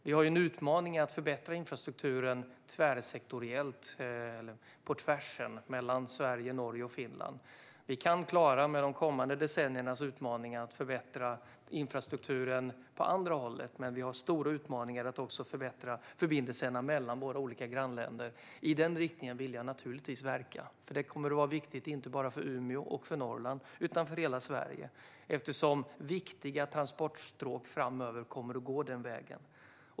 Vi har en utmaning i att förbättra infrastrukturen tvärsektoriellt eller "på tvärsen" mellan Sverige, Norge och Finland. Vi kan klara de kommande decenniernas utmaningar att förbättra infrastrukturen på andra ledden, men vi har stora utmaningar i att förbättra förbindelserna mellan våra grannländer. I den riktningen vill jag naturligtvis verka, för det kommer att vara viktigt inte bara för Umeå och Norrland utan för hela Sverige eftersom viktiga transportstråk framöver kommer att gå den vägen.